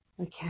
okay